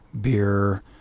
beer